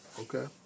okay